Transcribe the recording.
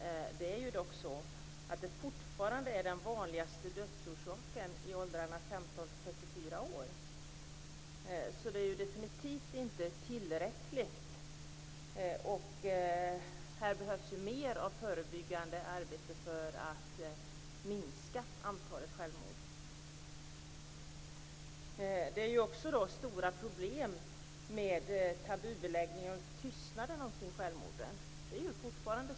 Men det är fortfarande den vanligaste dödsorsaken i åldrarna 15 44 år. Det är definitivt inte tillräckligt. Här behövs mer av förebyggande arbete för att minska antalet självmord. Det finns stora problem med tabubeläggning och tystnad kring självmord.